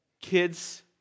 Kids